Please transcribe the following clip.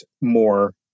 more